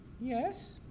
Yes